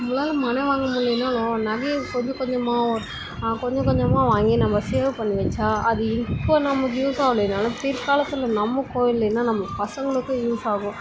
நம்மளால் மனை வாங்க முடியலன்னா நொ நகையை கொஞ்சம் கொஞ்சமாக கொஞ்சம் கொஞ்சமாக வாங்கி நம்ம சேவ் பண்ணி வைச்சா அது இப்போது நமக்கு யூஸ் ஆகலைன்னாலும் பிற்காலத்தில் நமக்கோ இல்லைன்னால் நம்ம பசங்களுக்கோ யூஸ்ஸாகும்